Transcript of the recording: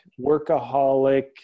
workaholic